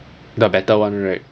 the better one right